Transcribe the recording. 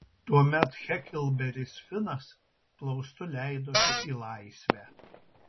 tuomet heklberis finas plaustu leidosi į laisvę